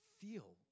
feel